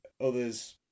Others